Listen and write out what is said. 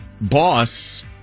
boss